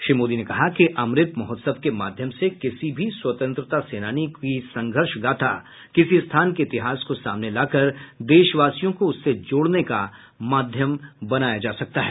श्री मोदी ने कहा कि अमृत महोत्सव के माध्यम से किसी भी स्वतंत्रता सेनानी की संघर्ष गाथा किसी स्थान के इतिहास को सामने लाकर देशवासियों को उससे जोड़ने का माध्यम बनाया जा सकता है